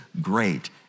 great